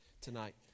tonight